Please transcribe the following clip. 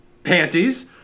Panties